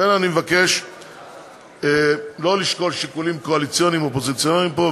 לכן אני מבקש לא לשקול שיקולים קואליציוניים אופוזיציוניים פה,